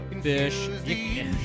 Fish